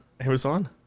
Amazon